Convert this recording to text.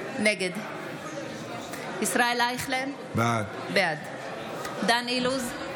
נגד ישראל אייכלר, בעד דן אילוז,